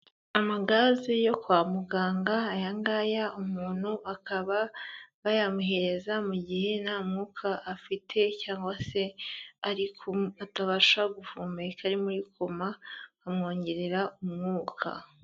Amagaze yo kwa muganga, ayangaya umuntu bakaba bayamuhereza mu gihe nta mwuka afite, cyangwa se ariku atabasha guhumeka ari muri koma, amwongerera umwuka.